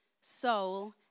soul